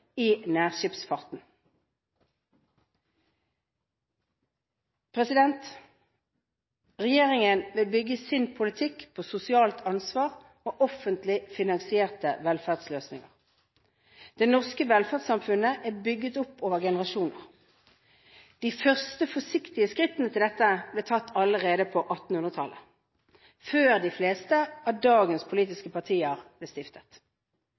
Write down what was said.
i nærskipsfarten. Regjeringen vil bygge sin politikk på sosialt ansvar og offentlig finansierte velferdsløsninger. Det norske velferdssamfunnet er bygget opp over generasjoner. De første forsiktige skrittene ble tatt allerede på 1800-tallet, før de fleste av dagens politiske partier ble stiftet.